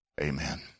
amen